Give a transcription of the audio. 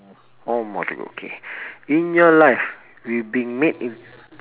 four more to go okay in your life we been made in